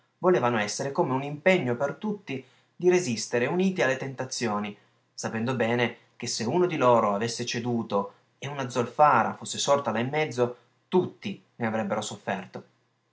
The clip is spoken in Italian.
volevano essere come un impegno per tutti di resistere uniti alle tentazioni sapendo bene che se uno di loro avesse ceduto e una zolfara fosse sorta là in mezzo tutti ne avrebbero sofferto